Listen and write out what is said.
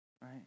Right